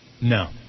No